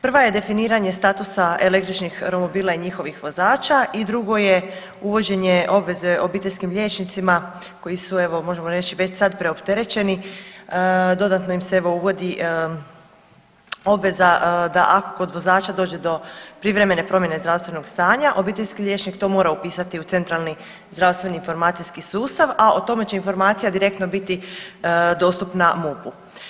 Prva je definiranje statusa električnih romobila i njihovih vozača i drugo je uvođenje obveze obiteljskim liječnicima koji su evo možemo reć već sad preopterećeni dodatno im se evo uvodi obveza da ako kod vozača dođe do privremene promjene zdravstvenog stanja obiteljski liječnik to mora upisati u centralni zdravstveni informacijski sustav, a o tome će informacija direktno biti dostupna MUP-u.